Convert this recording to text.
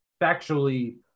factually